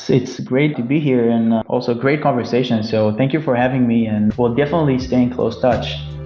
it's great to be here and also great conversation. so thank you for having me and we'll definitely stay in close touch